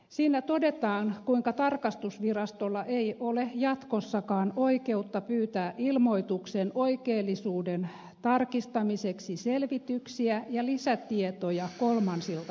siinä todetaan kuinka tarkastusvirastolla ei ole jatkossakaan oikeutta pyytää ilmoituksen oikeellisuuden tarkistamiseksi selvityksiä ja lisätietoja kolmansilta tahoilta